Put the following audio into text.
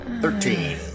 Thirteen